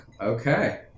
Okay